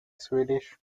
swedish